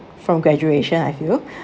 from graduation I feel